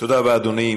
תודה רבה, אדוני.